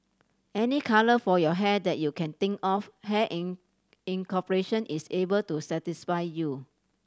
any colour for your hair that you can think of Hair in In cooperation is able to satisfy you